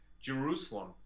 Jerusalem